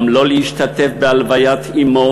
גם לא להשתתף בהלוויית אמו.